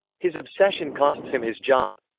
his obsession costs him his job.